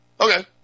Okay